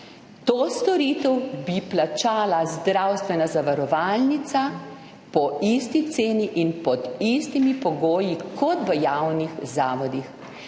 To storitev bi plačala zdravstvena zavarovalnica po isti ceni in pod istimi pogoji kot v javnih zavodih.